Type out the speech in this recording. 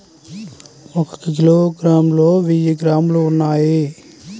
ఒక కిలోగ్రామ్ లో వెయ్యి గ్రాములు ఉన్నాయి